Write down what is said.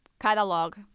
catalog